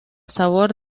sabor